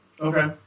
Okay